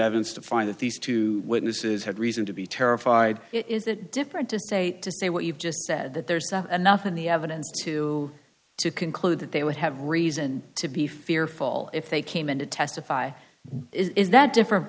evidence to find that these two witnesses had reason to be terrified is that different to state to say what you've just said that there's enough of the evidence to conclude that they would have reason to be fearful if they came in to testify is that different